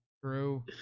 true